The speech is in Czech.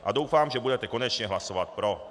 A doufám, že budete konečně hlasovat pro.